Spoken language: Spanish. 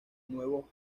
nuevo